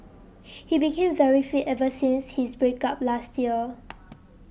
he became very fit ever since his break up last year